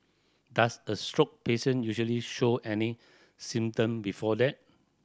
does a stroke patient usually show any symptom before that